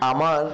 আমার